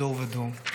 לדור דור'."